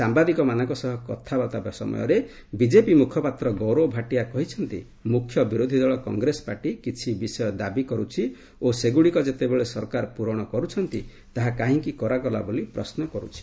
ସାମ୍ବାଦିକମାନଙ୍କ ସହ ବାର୍ତ୍ତାଳାପ ସମୟରେ ବିଜେପି ମୁଖପାତ୍ର ଗୌରବ ଭାଟିଆ କହିଛନ୍ତି ମୁଖ୍ୟ ବିରୋଧୀ ଦଳ କଂଗ୍ରେସ ପାର୍ଟି କିଛି ବିଷୟ ଦାବି କର୍ୁଛି ଓ ସେଗୁଡ଼ିକ ଯେତେବେଳେ ସରକାର ପୂରଣ କରୁଛନ୍ତି ତାହା କାହିଁକି କରାଗଲା ବୋଲି ପ୍ରଶ୍ନ କରୁଛି